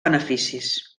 beneficis